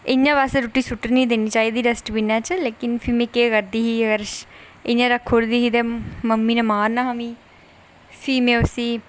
इं'या ते रुट्टी सुट्टनी निं चाहिदी डस्टबिन च लेकिन फिर में केह् करदी ही जेकर इं'या रक्खी ओड़दी ही ते मम्मी नै मारना हा मिगी फ्ही में उसी